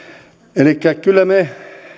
elikkä kyllä me